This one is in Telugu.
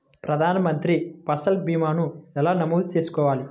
ప్రధాన మంత్రి పసల్ భీమాను ఎలా నమోదు చేసుకోవాలి?